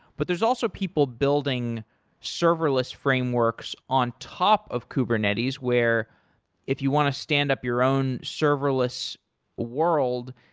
but there's also people building serverless frameworks on top of kubernetes where if you want to stand up your own serverless world,